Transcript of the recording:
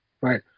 right